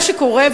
מה שקורה,